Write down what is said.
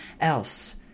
else